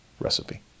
recipe